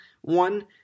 one